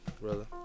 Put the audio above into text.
brother